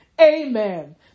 amen